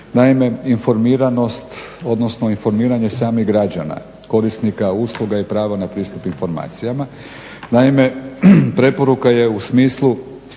Naime, informiranost odnosno informiranje samih građana korisnika usluga i prava na pristup informacijama, naime preporuka je u smislu